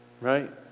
Right